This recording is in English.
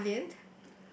uh Ah Lian